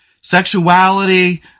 Sexuality